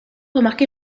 remarqué